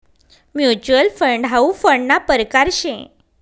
mutual fund हाउ फंडना परकार शे